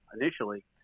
initially